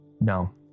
No